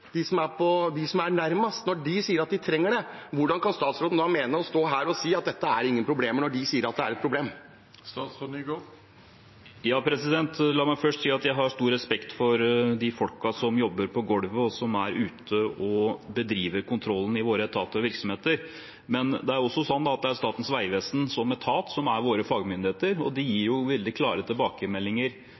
de som er på gulvet, de som er nærmest, sier at de trenger det, hvordan kan statsråden mene og stå her å si at dette ikke er et problem? La meg først si at jeg har stor respekt for de folkene som jobber på gulvet, og som er ute og bedriver kontrollen i våre etater og virksomheter. Men det er også sånn at det er Statens vegvesen som etat som er våre fagmyndigheter, og det gir veldig klare tilbakemeldinger